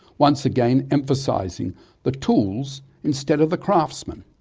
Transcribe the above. once again emphasising the tools instead of the craftsman.